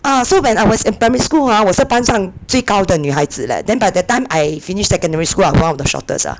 uh so when I was in primary school ah 我是班上最高的女孩子 leh then by the time I finished secondary school I'm one of the shortest ah